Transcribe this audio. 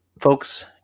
folks